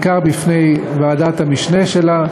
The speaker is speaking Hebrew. בעיקר בפני ועדת המשנה שלה,